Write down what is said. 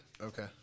Okay